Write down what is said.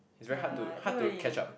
it's very hard to hard to catch up